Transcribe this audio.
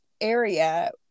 area